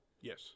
Yes